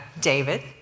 David